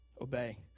Obey